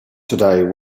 today